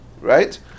right